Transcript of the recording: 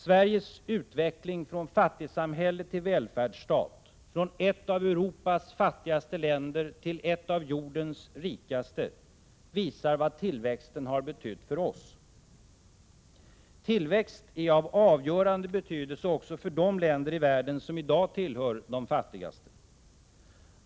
Sveriges utveckling från fattigsamhälle till välfärdsstat, från ett av Europas fattigaste länder till ett av jordens rikaste, visar vad tillväxten har betytt för oss. Tillväxt är av avgörande betydelse också för de länder i världen som i dag tillhör de fattigaste.